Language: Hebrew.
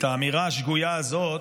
את האמירה השגויה הזאת,